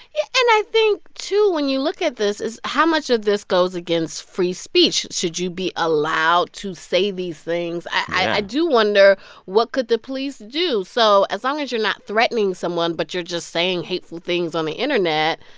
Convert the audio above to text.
yeah and i think, too, when you look at this is how much of this goes against free speech? should you be allowed to say these things? yeah i do wonder what could the police do? so as long as you're not threatening someone but you're just saying hateful things on the internet,